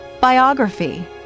biography